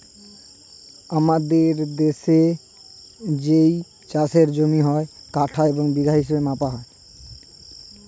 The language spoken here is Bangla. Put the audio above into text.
আমাদের দেশের যেই চাষের জমি হয়, কাঠা এবং বিঘা হিসেবে মাপা হয় তাকে